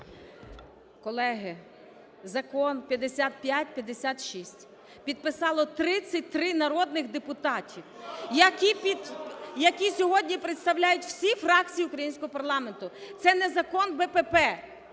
Колеги, закон 5556 підписали 33 народних депутатів, які сьогодні представляють всі фракції українського парламенту, це не закон БПП.